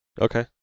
okay